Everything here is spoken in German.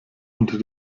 unter